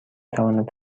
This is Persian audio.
تواند